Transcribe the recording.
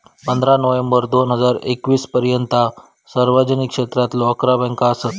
पंधरा नोव्हेंबर दोन हजार एकवीस पर्यंता सार्वजनिक क्षेत्रातलो अकरा बँका असत